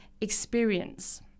experience